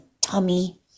tummy